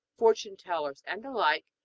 fortune-tellers, and the like,